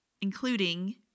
including